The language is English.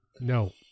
No